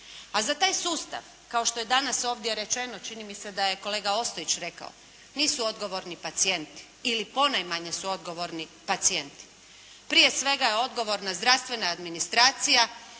A za taj sustav kao što je danas ovdje rečeno čini mi se da je kolega Ostojić rekao nisu odgovorni pacijenti ili ponajmanje su odgovorni pacijenti. Prije svega je odgovorna zdravstvena administracija,